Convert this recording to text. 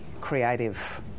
creative